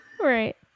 right